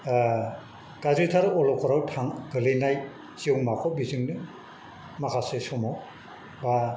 गाज्रिथार अलखदाव गोलैनाय जिउमाखौ बिजोंनो माखासे समाव बा